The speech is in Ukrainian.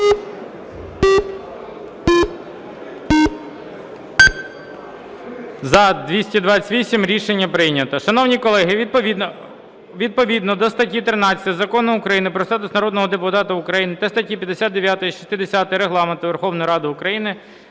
За-228 Рішення прийнято. "Шановні колеги, відповідно до статті 13 Закону України "Про статус народного депутата України" та статті 59, 60 Регламенту Верховної Ради України